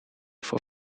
voor